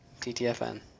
TTFN